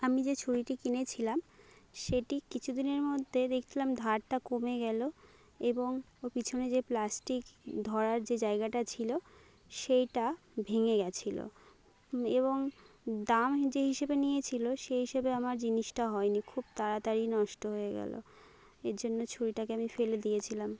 আমি যে ছুরিটি কিনেছিলাম সেটি কিছু দিনের মধ্যে দেখলাম ধারটা কমে গেলো এবং ওর পিছনে যে প্লাস্টিক ধরার যে জায়গাটা ছিলো সেইটা ভেঙে গেছিলো এবং দাম যে হিসেবে নিয়েছিলো সে হিসেবে আমার জিনিসটা হয়নি খুব তাড়াতাড়ি নষ্ট হয়ে গেলো এর জন্য ছুরিটাকে আমি ফেলে দিয়েছিলাম